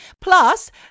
Plus